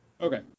Okay